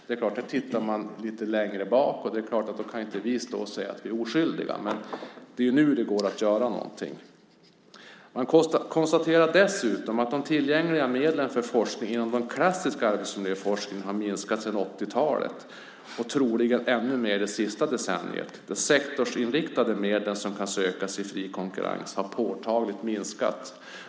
Det är klart, tittar man lite längre bakåt kan inte vi stå och säga att vi är oskyldiga. Men det är nu det går att göra något. Man konstaterar dessutom att de tillgängliga medlen för forskning inom den klassiska arbetsmiljöforskningen har minskat sedan 80-talet, och troligen ännu mer det senaste decenniet. De sektorsinriktade medel som kan sökas i fri konkurrens har påtagligt minskat.